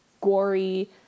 gory